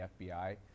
FBI